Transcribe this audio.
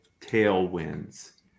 tailwinds